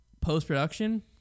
post-production